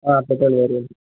petrol variant